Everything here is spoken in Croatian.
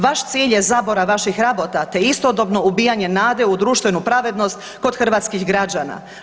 Vas cilj je zaborav vaših rabota te istodobno ubijanje nade u društvenu pravednost kod hrvatskih građana.